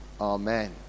Amen